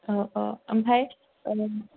अ अ ओमफ्राय